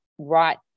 right